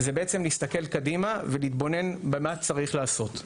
נסתכל קדימה ונתבונן במה צריך לעשות.